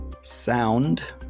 Sound